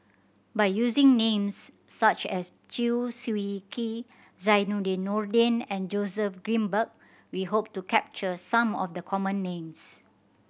by using names such as Chew Swee Kee Zainudin Nordin and Joseph Grimberg we hope to capture some of the common names